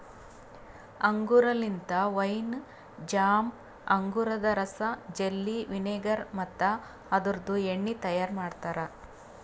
ಅಂಗೂರ್ ಲಿಂತ wine, jam, ಅಂಗೂರದ ರಸ, ಜೆಲ್ಲಿ, ವಿನೆಗರ್ ಮತ್ತ ಅದುರ್ದು ಎಣ್ಣಿ ತೈಯಾರ್ ಮಾಡ್ತಾರ